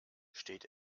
steht